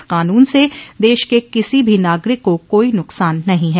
इस कानून से देश के किसी भी नागरिक को कोई नुकसान नहीं है